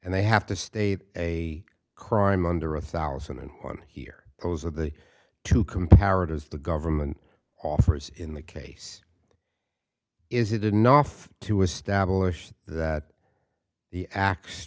and they have to state a crime under a thousand and one here those are the two comparatives the government offers in the case is it enough to establish that the a